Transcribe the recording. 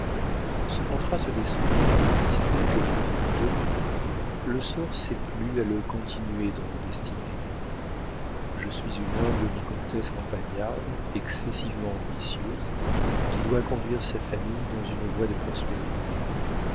ce contraste d'esprit qui n'existait que pour nous deux le sort s'est plu à le continuer dans nos destinées je suis une humble vicomtesse campagnarde excessivement ambitieuse qui doit conduire sa famille dans une voie de prospérité